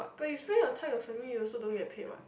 but you spend your time with family you also don't get paid what